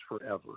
forever